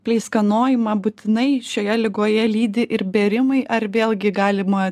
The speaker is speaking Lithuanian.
pleiskanojimą būtinai šioje ligoje lydi ir bėrimai ar vėlgi galima